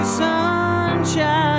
sunshine